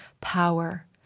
power